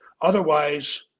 Otherwise